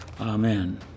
amen